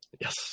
yes